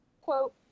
Quote